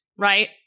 Right